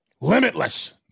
limitless